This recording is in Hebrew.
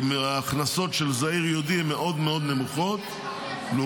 ההכנסות של זעיר ייעודי הן נמוכות מאוד